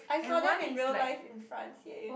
I saw them in real life in France ya